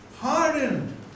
hardened